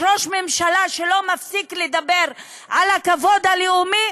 יש ראש ממשלה שלא מפסיק לדבר על הכבוד הלאומי